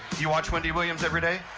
you watch wendy williams every day?